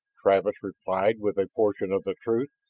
travis replied with a portion of the truth,